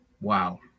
Wow